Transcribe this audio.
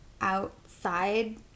outside